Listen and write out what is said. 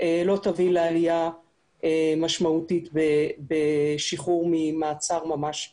לא תביא לעלייה משמעותית בשחרור ממעצר ממש לאיזוק.